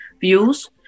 views